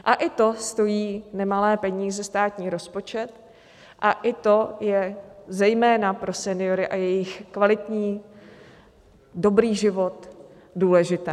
A i to stojí nemalé peníze státní rozpočet a i to je zejména pro seniory a jejich kvalitní dobrý život důležité.